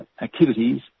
activities